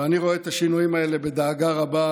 ואני רואה את השינויים האלה בדאגה רבה,